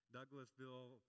Douglasville